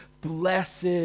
Blessed